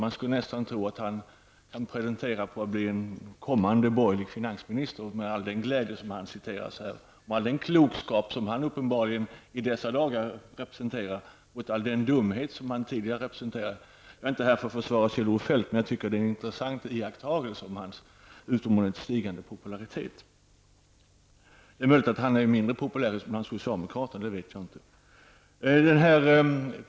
Man skulle nästan kunna tro att han pretenderade på att bli kommande borgerlig finansminister med tanke på all den glädje med vilken han här citeras och med tanke på all den klokskap som han i dessa dagar uppenbarligen representerar jämfört med all den dumhet som han tidigare representerade. Jag är inte här för att försvara Kjell-Olof Feldt, men jag tycker att det är intressant att iaktta hans utomordentligt stigande populäritet. Det är möjligt att han är mindre populär bland socialdemokraterna -- det vet jag inte.